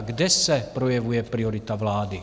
Kde se projevuje priorita vlády?